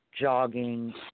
jogging